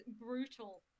brutal